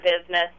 business